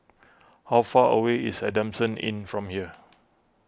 how far away is Adamson Inn from here